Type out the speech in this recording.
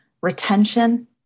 retention